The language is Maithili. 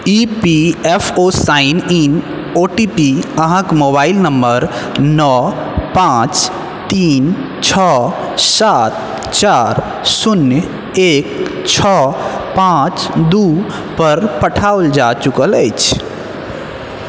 E P F O sign in O T P अहाँकेँ मोबाइल नम्बर नओ पांँच तीन छओ सात चार शून्य एक छओ पांँच दू पर पठाओल जा चुकल अछि